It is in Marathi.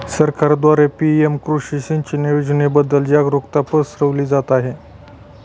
सरकारद्वारे पी.एम कृषी सिंचन योजनेबद्दल जागरुकता पसरवली जात आहे